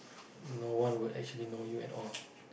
no one would actually know you at all